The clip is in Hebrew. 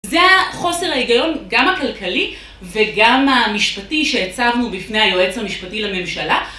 זה החוסר ההיגיון גם הכלכלי וגם המשפטי שהצבנו בפני היועץ המשפטי לממשלה.